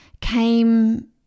came